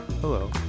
Hello